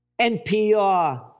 NPR